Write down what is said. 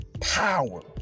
power